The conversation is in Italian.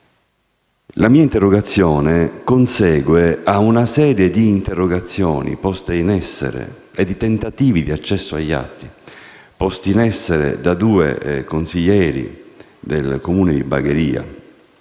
la mia interrogazione consegue a una serie di interrogazioni presentate e di tentativi di accesso agli atti, posti in essere da due consiglieri del Comune di Bagheria,